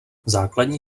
základní